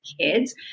kids